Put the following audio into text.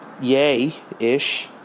yay-ish